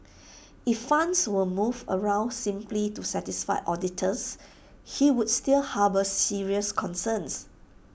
if funds were moved around simply to satisfy auditors he would still harbour serious concerns